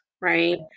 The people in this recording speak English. Right